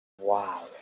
Wow